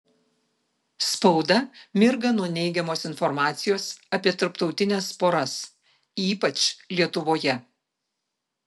spauda mirga nuo neigiamos informacijos apie tarptautines poras ypač lietuvoje